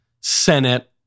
Senate